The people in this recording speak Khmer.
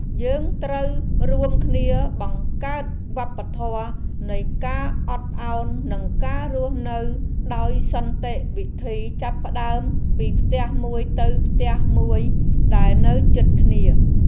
យើងត្រូវរួមគ្នាបង្កើតវប្បធម៌នៃការអត់ឱននិងការរស់នៅដោយសន្តិវិធីចាប់ផ្តើមពីផ្ទះមួយទៅផ្ទះមួយដែលនៅជិតគ្នា។